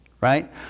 right